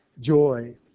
joy